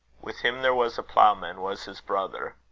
with him there was a ploughman, was his brother.